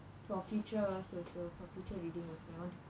for futures also for future readings also I want to